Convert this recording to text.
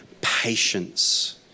patience